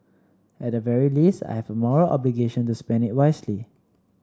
at the very least I have a moral obligation to spend it wisely